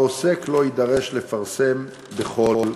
העוסק לא יידרש לפרסם בכל המדינה.